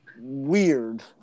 weird